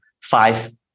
five